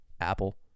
Apple